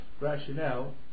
rationale